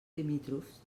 limítrofs